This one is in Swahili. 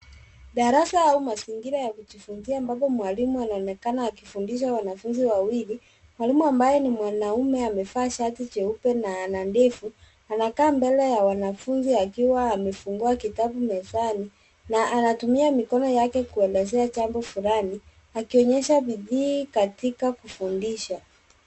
Darasa au mazingira ya kujifunzia ambapo mwalimu anaonekana akifundisha wanafunzi wawili. Mwalimu ambaye ni mwanaume amevaa shati jeupe na ana mdevu. Amekaa mbele ya wanafunzi akiwa amefungua kitabu mezani na anatumia mikono yake kuelezea jambo fulani akionyesha bidii katika kufundisha.